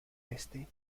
este